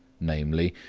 namely,